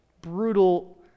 brutal